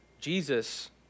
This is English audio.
Jesus